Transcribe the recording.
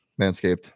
Manscaped